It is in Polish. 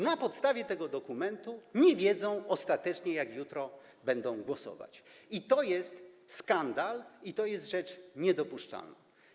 Na podstawie tego dokumentu nie wiedzą ostatecznie, jak jutro będą głosować, i to jest skandal, i to jest rzecz niedopuszczalna.